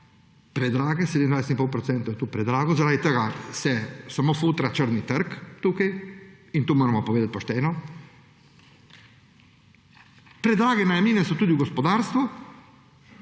procenta, je to predrago, zaradi tega se samo fotra črni trg tukaj in to moramo povedati pošteno. Predrage najemnine so tudi v gospodarstvu: